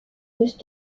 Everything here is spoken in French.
russe